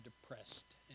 depressed